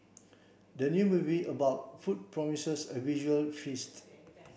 the new movie about food promises a visual feast